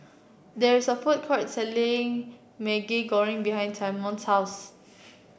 there is a food court selling Maggi Goreng behind Simone's house